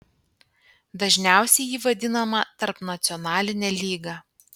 dažniausiai ji vadinama tarpnacionaline lyga